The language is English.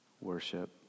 Worship